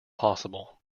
possible